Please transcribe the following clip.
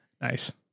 nice